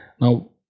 Now